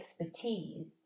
expertise